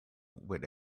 with